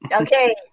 Okay